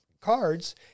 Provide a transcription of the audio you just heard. cards